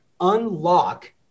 unlock